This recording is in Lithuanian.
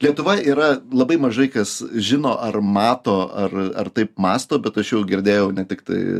lietuva yra labai mažai kas žino ar mato ar ar taip mąsto bet aš jau girdėjau ne tiktai